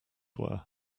were